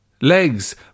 Legs